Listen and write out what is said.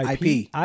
IP